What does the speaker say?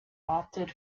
opted